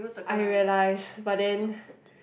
I realize but then